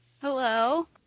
Hello